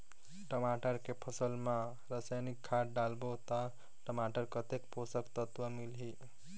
टमाटर के फसल मा रसायनिक खाद डालबो ता टमाटर कतेक पोषक तत्व मिलही?